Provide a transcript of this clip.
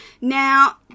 Now